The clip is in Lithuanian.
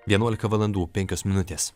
vienuolika valandų penkios minutės